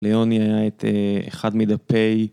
ליוני היה את אחד מדפי